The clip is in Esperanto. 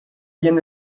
jen